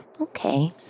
Okay